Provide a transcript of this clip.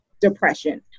depression